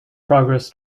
progress